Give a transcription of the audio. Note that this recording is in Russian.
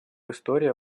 история